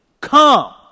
come